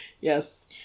Yes